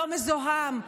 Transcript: לא מזוהם,